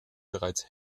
bereits